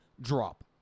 drop